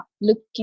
looking